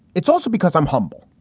it's also because i'm humble.